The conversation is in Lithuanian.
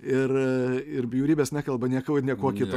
ir ir bjaurybės nekalba niekuo niekuo kitu